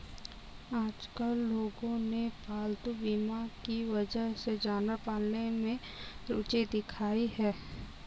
आजकल लोगों ने पालतू बीमा की वजह से जानवर पालने में रूचि दिखाई है